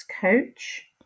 Coach